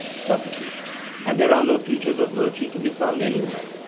socrates and there are no teachers of virtue to be found anywhere?